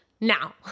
Now